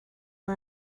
are